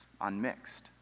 unmixed